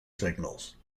signals